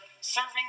serving